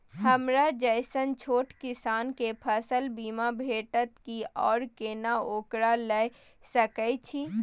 हमरा जैसन छोट किसान के फसल बीमा भेटत कि आर केना ओकरा लैय सकैय छि?